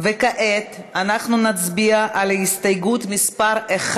של חברי הכנסת דב